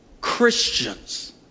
Christians